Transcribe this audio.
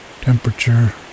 temperature